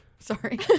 Sorry